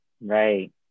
Right